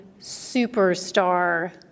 superstar